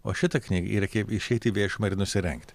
o šitai knygai yra kaip išeiti į viešumą ir nusirengti